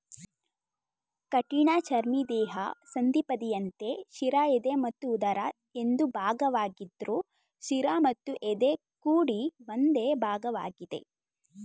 ಕಠಿಣಚರ್ಮಿ ದೇಹ ಸಂಧಿಪದಿಯಂತೆ ಶಿರ ಎದೆ ಮತ್ತು ಉದರ ಎಂದು ಭಾಗವಾಗಿದ್ರು ಶಿರ ಮತ್ತು ಎದೆ ಕೂಡಿ ಒಂದೇ ಭಾಗವಾಗಿದೆ